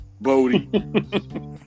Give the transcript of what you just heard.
Bodie